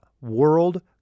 world